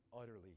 utterly